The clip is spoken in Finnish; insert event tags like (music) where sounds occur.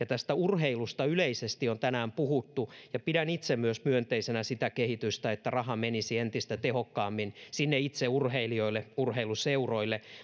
(unintelligible) tästä urheilusta yleisesti on tänään puhuttu ja pidän myös itse myönteisenä sitä kehitystä että raha menisi entistä tehokkaammin sinne urheilijoille urheiluseuroille